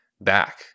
back